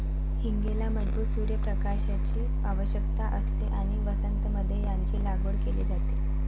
हींगेला मजबूत सूर्य प्रकाशाची आवश्यकता असते आणि वसंत मध्ये याची लागवड केली जाते